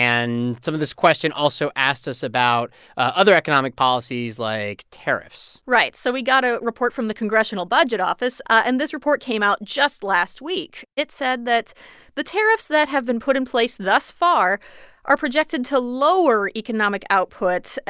and some of this question also asked us about other economic policies, like tariffs right. so we got a report from the congressional budget office, and this report came out just last week. it said that the tariffs that have been put in place thus far are projected to lower economic output.